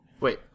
Wait